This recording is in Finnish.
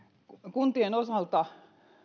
kuntien osalta